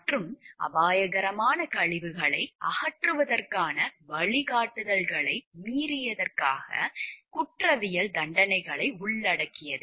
மற்றும் அபாயகரமான கழிவுகளை அகற்றுவதற்கான வழிகாட்டுதல்களை மீறியதற்காக குற்றவியல் தண்டனைகளை உள்ளடக்கியது